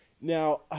Now